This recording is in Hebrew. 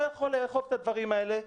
לא יכול לאכוף את הדברים האלה.